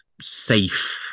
safe